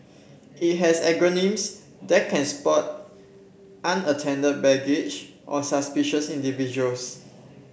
it has algorithms that can spot unattended baggage or suspicious individuals